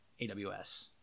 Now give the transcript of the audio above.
AWS